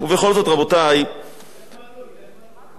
לך מנוי, הוא מנוי, אל תדאג.